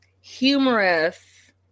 humorous